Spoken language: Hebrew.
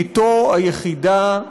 בתו היחידה,